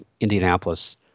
Indianapolis